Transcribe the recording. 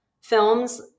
films